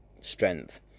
strength